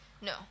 No